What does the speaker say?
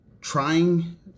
trying